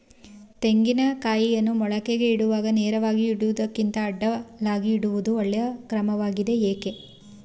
ತೆಂಗಿನ ಕಾಯಿಯನ್ನು ಮೊಳಕೆಗೆ ಇಡುವಾಗ ನೇರವಾಗಿ ಇಡುವುದಕ್ಕಿಂತ ಅಡ್ಡಲಾಗಿ ಇಡುವುದು ಒಳ್ಳೆಯ ಕ್ರಮವಾಗಿದೆ ಏಕೆ?